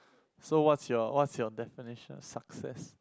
so what's your what's your definition of success